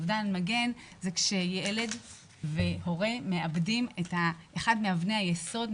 אובדן מגן זה כשילד והורה מאבדים את אחד מאבני היסוד,